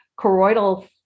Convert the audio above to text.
choroidal